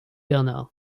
bernard